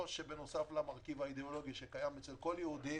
או בנוסף למרכיב האידיאולוגי, שקיים אצל כל יהודי